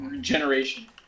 generation